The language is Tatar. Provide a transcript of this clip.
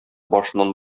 башыннан